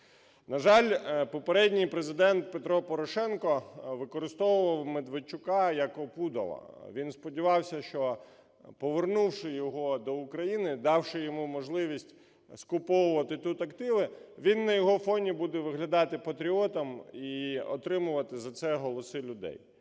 На жаль, попередній Президент Петро Порошенко використовував Медведчука як опудало, він сподівався, що повернувши його до України, давши йому можливість скуповувати тут активи, він на його фоні буде виглядати патріотом і отримувати за це голоси людей.